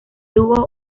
dúo